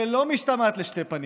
שלא משתמעת לשתי פנים,